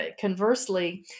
conversely